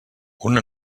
una